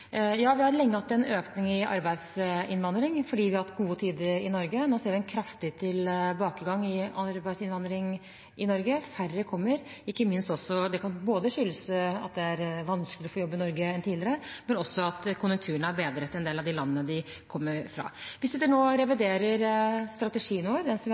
Vi har lenge hatt en økning i arbeidsinnvandringen fordi vi har hatt gode tider i Norge. Nå ser vi en kraftig tilbakegang i arbeidsinnvandringen til Norge. Færre kommer. Det kan skyldes både at det er vanskeligere å få jobb i Norge enn tidligere, og også at konjunkturene er bedret i en del av de landene de kommer fra. Vi sitter nå og reviderer strategien vår, som vi har utarbeidet sammen med partene. Meningen er